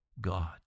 God